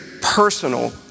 personal